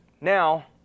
now